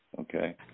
Okay